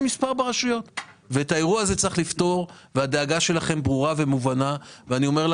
הדאגה שלכם ברורה ומובנת, לכן